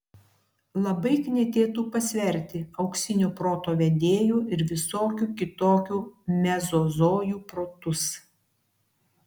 labai knietėtų pasverti auksinio proto vedėjų ir visokių kitokių mezozojų protus